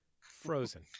Frozen